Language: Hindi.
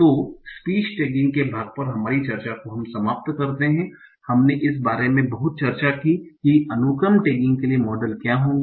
तो स्पीच टैगिंग के भाग पर हमारी चर्चा को समाप्त करते है हमने इस बारे में बहुत चर्चा की कि अनुक्रम टैगिंग के लिए मॉडल क्या होंगे